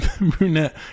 brunette